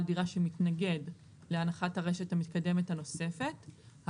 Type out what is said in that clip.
דירה שמתנגד להנחת הרשת המתקדמת הנוספת,